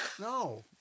No